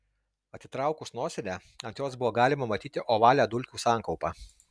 atitraukus nosinę ant jos buvo galima matyti ovalią dulkių sankaupą